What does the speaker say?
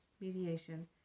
mediation